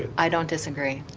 i don't disagree.